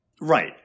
Right